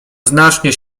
znacznie